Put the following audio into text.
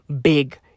big